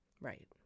Right